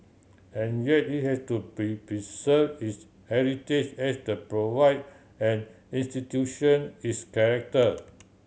and yet it has to preserve its heritage as the provide an institution its character